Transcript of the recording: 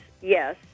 yes